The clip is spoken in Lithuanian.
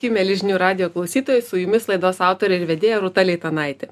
sveiki mieli žinių radijo klausytojai su jumis laidos autorė ir vedėja rūta leitanaitė